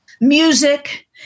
music